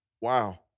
Wow